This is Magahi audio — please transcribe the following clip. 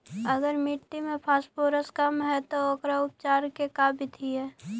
अगर मट्टी में फास्फोरस कम है त ओकर उपचार के का बिधि है?